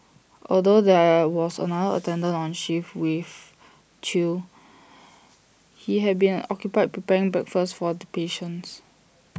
although there was another attendant on shift with Thu he had been occupied preparing breakfast for the patients